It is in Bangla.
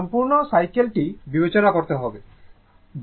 সম্পূর্ণ সাইকেলটি বিবেচনা করতে হবে